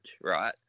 right